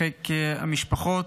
לחיק המשפחות.